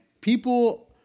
people